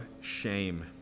shame